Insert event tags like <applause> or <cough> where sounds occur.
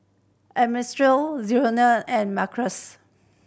<unintelligible> Zaire and Maurice